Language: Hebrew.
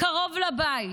קרוב לבית,